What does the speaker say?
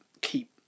keep